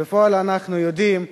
בפועל אנחנו יודעים,